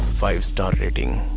five star rating,